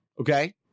okay